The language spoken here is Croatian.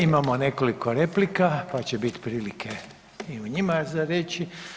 Imamo nekoliko replika, pa će bit prilike i u njima za reći.